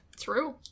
True